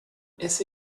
esse